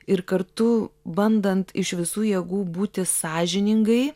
ir kartu bandant iš visų jėgų būti sąžiningai